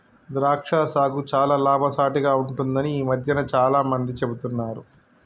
ద్రాక్ష సాగు చాల లాభసాటిగ ఉంటుందని ఈ మధ్యన చాల మంది చెపుతున్నారు